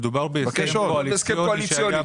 מדובר בהסכם קואליציוני.